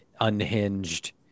unhinged